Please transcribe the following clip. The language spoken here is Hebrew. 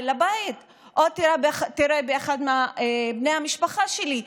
לבית או תירה באחד מבני המשפחה שלי.